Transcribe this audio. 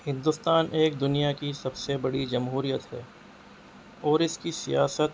ہندوستان ایک دنیا کی سب سے بڑی جمہوریت ہے اور اس کی سیاست